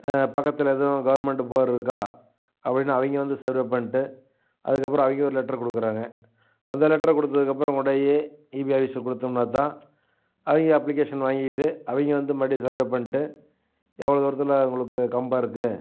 பக்கத்தில் எதுவும் government bore இருக்கா அப்படினு அவங்க வந்து சர்வே பண்ணிட்டு அதுக்கப்புறம் அவங்க ஒரு லெட்ரு கொடுக்குறாங்க அந்த லெட்டர கொடுத்ததுக்கப்றம் கொண்டு போய் ஈபி ஆபீஸில் கொடுத்தம்னாத்தான் அவங்க அப்ளிகேஷன் வாங்கிட்டு அவங்க வந்து மறுபடியும் சர்வே பண்ணிட்டு எவ்வளோ தூரத்தில் உங்களுக்குக் கம்பம் இருக்குது